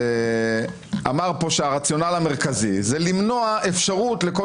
אמר פה שהרציונל המרכזי זה למנוע אפשרות לכל